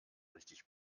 richtig